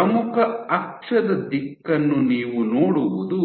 ಪ್ರಮುಖ ಅಕ್ಷದ ದಿಕ್ಕನ್ನು ನೀವು ನೋಡುವುದು